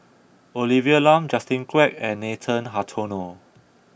Olivia Lum Justin Quek and Nathan Hartono